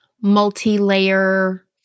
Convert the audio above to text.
multi-layer